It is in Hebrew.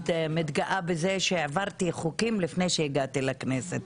מתגאה בזה שהעברתי חוקים לפני שהגעתי לכנסת,